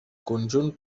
conjunt